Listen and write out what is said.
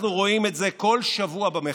אנחנו רואים את זה כל שבוע במחאה.